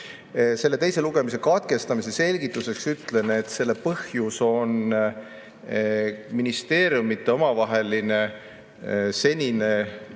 Teise lugemise katkestamise selgituseks ütlen, et selle põhjus on ministeeriumide omavaheline senine,